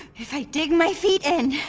if i dig my feet in,